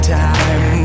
time